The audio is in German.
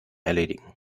erledigen